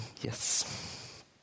Yes